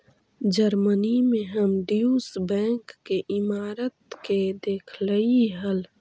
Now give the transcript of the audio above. Germany में हम Deutsche Bank के इमारत के देखलीअई हल